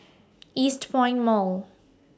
Eastpoint Mall